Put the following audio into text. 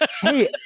Hey